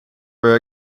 were